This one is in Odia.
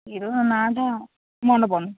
ହିରୋର ନାଁ'ଟା ମନେ ପଡ଼ୁନି